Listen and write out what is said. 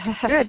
Good